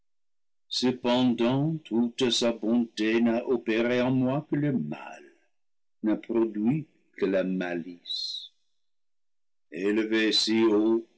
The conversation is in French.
dues cependanl toute sa bonté n'a opéré en moi que le mal n'a produit que la malice elevé